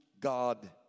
God